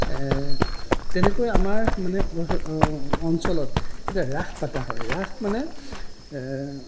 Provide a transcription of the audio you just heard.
তেনেকৈ আমাৰ মানে অঞ্চলত এতিয়া ৰাস পতা হয় ৰাস মানে